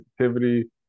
sensitivity